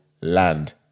land